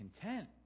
content